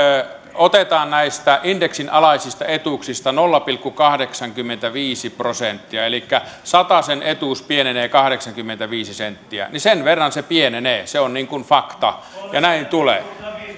otamme näistä indeksin alaisista etuuksista nolla pilkku kahdeksankymmentäviisi prosenttia elikkä satasen etuus pienenee kahdeksankymmentäviisi senttiä sen verran se pienenee se on niin kuin fakta ja näin tulee olemaan